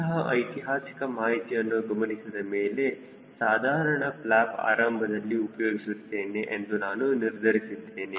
ಇಂತಹ ಐತಿಹಾಸಿಕ ಮಾಹಿತಿಯನ್ನು ಗಮನಿಸಿದ ಮೇಲೆ ಸಾಧಾರಣ ಫ್ಲ್ಯಾಪ್ ಆರಂಭದಲ್ಲಿ ಉಪಯೋಗಿಸುತ್ತೇನೆ ಎಂದು ನಾನು ನಿರ್ಧರಿಸಿದ್ದೇನೆ